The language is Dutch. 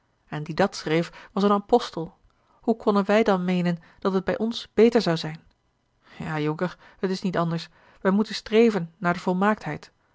en die dàt schreef was een apostel hoe konnen wij dan meenen dat het bij ons beter zou zijn ja jonker het is niet anders wij moeten streven naar de volmaaktheid